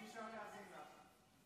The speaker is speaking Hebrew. אני נשאר להאזין לך.